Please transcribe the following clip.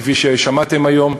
כפי ששמעתם היום,